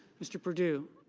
mr. purdue